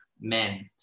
men